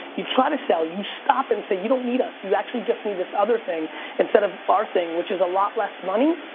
you try to sell, you stop and say, you don't need us. you actually just need this other thing instead of our thing, which is a lot less money.